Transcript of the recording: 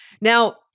Now